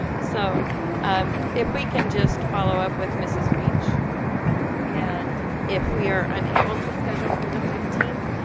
so um if we can just follow up with mrs. reach and if we are unable to schedule for the fifteenth,